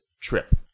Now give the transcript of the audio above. trip